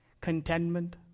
contentment